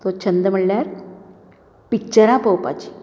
तो छंद म्हळ्यार पिक्चरां पळोवपाचीं